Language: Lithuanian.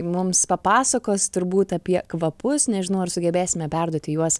mums papasakos turbūt apie kvapus nežinau ar sugebėsime perduoti juos